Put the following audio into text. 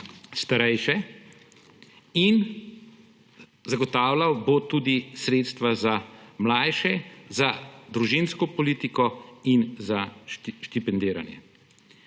starejše in zagotavljal bo tudi sredstva za mlajše, za družinsko politiko in za štipendiranje.